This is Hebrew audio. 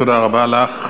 תודה רבה לך.